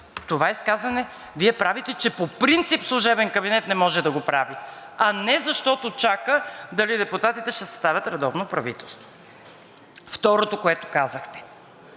това изказване Вие правите, че по принцип служебен кабинет не може да го прави, а не защото чака дали депутатите ще съставят редовно правителство. Второто, което казахте,